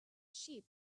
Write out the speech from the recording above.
sheep